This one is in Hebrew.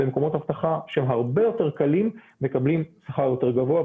ומקומות אבטחה שהם הרבה יותר קלים מקבלים שכר יותר גבוה.